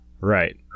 Right